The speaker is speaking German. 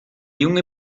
junge